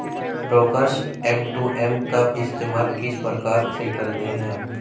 Brokers M to M का इस्तेमाल किस प्रकार से करते हैं?